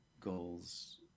goals